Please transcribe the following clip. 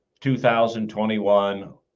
2021